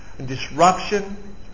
Disruption